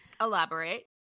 Elaborate